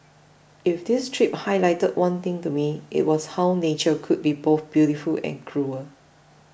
if this trip highlighted one thing to me it was how nature could be both beautiful and cruel